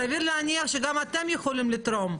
סביר להניח שגם אתם יכולים לתרום.